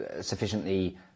sufficiently